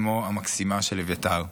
אימו המקסימה של אביתר.